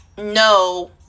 No